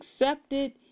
accepted